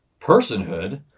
personhood